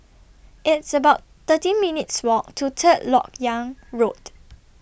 It's about thirteen minutes' Walk to Third Lok Yang Road